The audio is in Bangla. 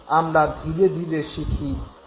আমরা ধীরে ধীরে শিখি অতীত অভিজ্ঞতা স্মরণ করি